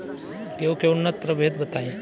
गेंहू के उन्नत प्रभेद बताई?